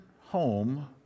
home